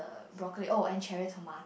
broccoli oh and cherry toma~